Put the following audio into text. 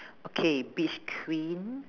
okay beach queen